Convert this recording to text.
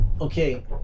okay